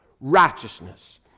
righteousness